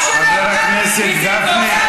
חבר הכנסת גפני.